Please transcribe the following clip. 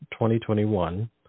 2021